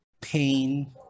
pain